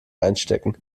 einstecken